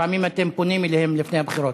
לפעמים אתם פונים אליהם לפני הבחירות.